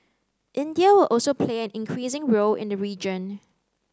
India will also play an increasing role in the region